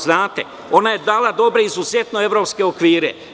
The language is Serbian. Znate, ona je dala dobre izuzetno evropske okvire.